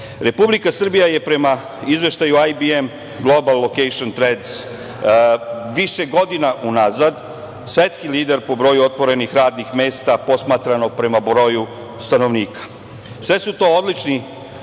9%.Republika Srbija je, prema izveštaju „IBM Global Location Trends“, više godina unazad svetski lider po broju otvorenih radnih mesta, posmatrano prema broju stanovnika. Sve su to odlični